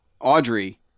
Audrey